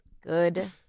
Good